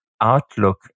outlook